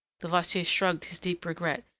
levasseur shrugged his deep regret,